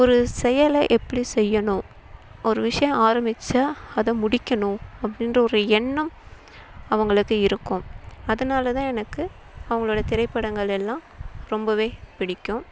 ஒரு செயலை எப்படி செய்யணும் ஒரு விஷயம் ஆரம்மிச்சா அதை முடிக்கணும் அப்படின்ற ஒரு எண்ணம் அவங்களுக்கு இருக்கும் அதனால் தான் எனக்கு அவங்களோட திரைப்படங்கள் எல்லாம் ரொம்பவே பிடிக்கும்